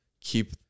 keep